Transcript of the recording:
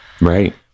Right